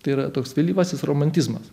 tai yra toks vėlyvasis romantizmas